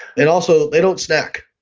and also they don't snack,